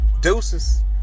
deuces